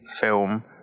film